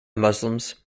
muslims